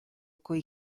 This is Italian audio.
coi